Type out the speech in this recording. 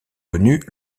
connue